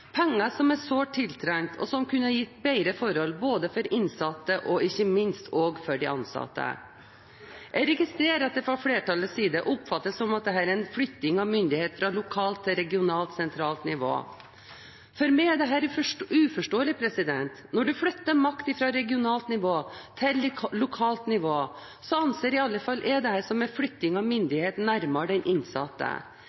penger som er sårt tiltrengt, og som kunne gitt bedre forhold både for innsatte og ikke minst for de ansatte. Jeg registrerer at det fra flertallets side oppfattes som om dette er en flytting av myndighet fra lokalt til regionalt/sentralt nivå. For meg er dette uforståelig. Når man flytter makt fra regionalt nivå til lokalt nivå, anser i alle fall jeg det som en flytting av